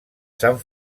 sant